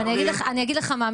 אני אגיד לך מה,